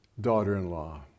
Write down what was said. daughter-in-law